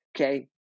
Okay